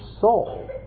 soul